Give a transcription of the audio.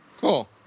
Cool